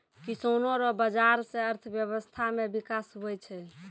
किसानो रो बाजार से अर्थव्यबस्था मे बिकास हुवै छै